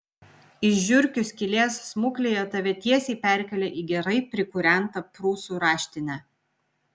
iš žiurkių skylės smuklėje tave tiesiai perkelia į gerai prikūrentą prūsų raštinę